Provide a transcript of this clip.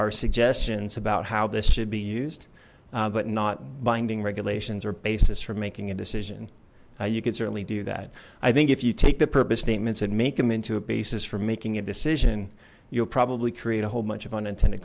are suggestions about how this should be used but not binding regulations or basis for making a decision you could certainly do that i think if you take the purpose statements and make them into a basis for making a decision you'll probably create a whole bunch unintended